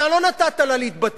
אתה לא נתת לה להתבטא,